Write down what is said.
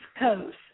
Coast